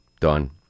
done